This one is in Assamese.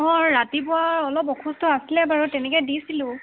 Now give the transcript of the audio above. অ ৰাতিপুৱা অলপ অসুস্থ আছিলে বাৰু তেনেকৈ দিছিলোঁ